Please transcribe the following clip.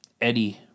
Eddie